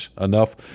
enough